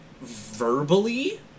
verbally